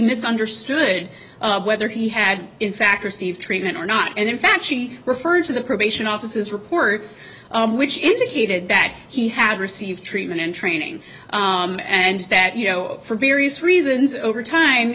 misunderstood whether he had in fact received treatment or not and in fact she referred to the probation offices reports which indicated that he had received treatment in training and that you know for various reasons over time